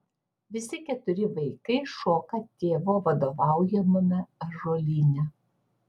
visi keturi vaikai šoka tėvo vadovaujamame ąžuolyne